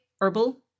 Herbal